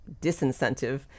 disincentive